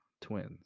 Twins